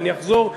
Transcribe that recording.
ואני אחזור,